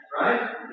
right